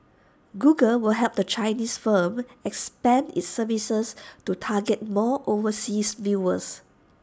Google will help the Chinese firm expand its services to target more overseas viewers